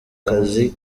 kazi